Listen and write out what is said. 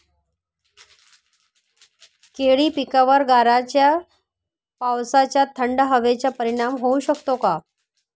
केळी पिकावर गाराच्या पावसाचा, थंड हवेचा परिणाम होऊ शकतो का?